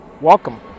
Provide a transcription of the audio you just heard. Welcome